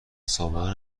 سابقه